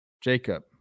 Jacob